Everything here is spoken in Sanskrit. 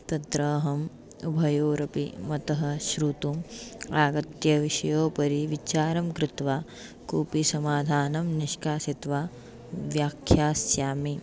तत्राहम् उभयोरपि मतं श्रोतुम् आगत्य विषयस्य उपरि विचारं कृत्वा कोपि समाधानं निष्कासयित्वा व्याख्यास्यामि